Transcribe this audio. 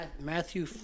Matthew